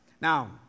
Now